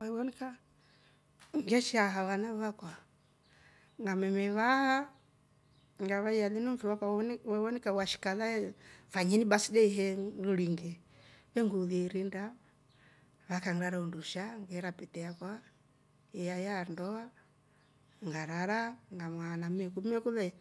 Ngawonika ngeshaawa vana vakwa ngammeme vaa ngavaiya linu mfir wakwa we wonika washika le fanyeni basidei he! Ngiringe, vengoolia irinda vakanrara undusha ngeera pete akwa iya yaa ya ndoa ngarara nga muhaa na mmeku, mmeku le